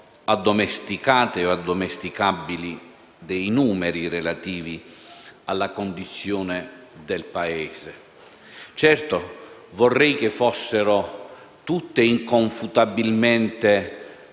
addomesticate o addomesticabili dei numeri relativi alla condizione del Paese. Certo, vorrei che fossero tutte inconfutabilmente